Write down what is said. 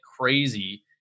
crazy